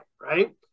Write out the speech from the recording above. right